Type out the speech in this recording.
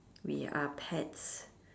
we are pets